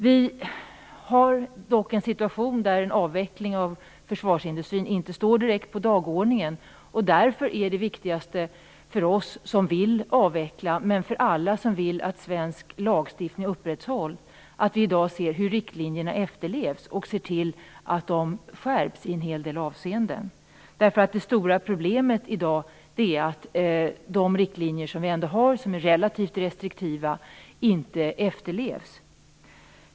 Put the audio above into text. Vi har dock en situation där en avveckling av försvarsindustrin inte står direkt på dagordningen. Därför är det viktigaste för oss som vill avveckla, men för alla som vill att svensk lagstiftning upprätthålls, att vi i dag ser hur riktlinjerna efterlevs och ser till att de skärps i en hel del avseenden. Det stora problemet i dag är nämligen att de riktlinjer som vi ändå har och som är relativt restriktiva inte efterlevs.